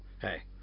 hey